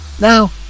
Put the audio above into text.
Now